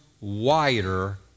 wider